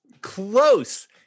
Close